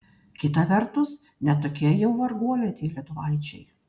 kita vertus ne tokie jau varguoliai tie lietuvaičiai